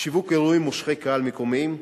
שיווק אירועים מושכי-קהל מקומיים,